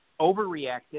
overreacted